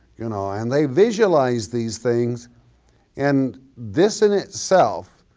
you know and they visualize these things and this in itself